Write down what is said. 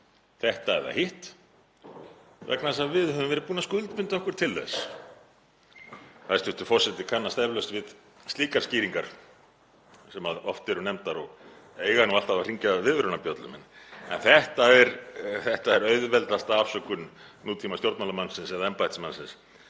þetta eða hitt vegna þess að við höfum verið búin að skuldbinda okkur til þess. Hæstv. forseti kannast eflaust við slíkar skýringar sem oft eru nefndar og eiga alltaf að hringja viðvörunarbjöllum. En þetta er auðveldasta afsökun nútímastjórnmálamannsins eða -embættismannsins,